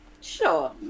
sure